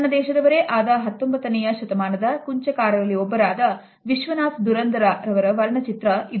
ನನ್ನ ದೇಶದವರೇ ಆದ 19ನೇ ಶತಮಾನದ ಕುಂಚ ಕಾರರಲ್ಲಿ ಒಬ್ಬರಾದ ವಿಶ್ವನಾಥ್ ದುರಂದರ ರವರ ವರ್ಣ ಚಿತ್ರ ಇದಾಗಿದೆ